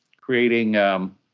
creating